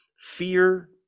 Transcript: fear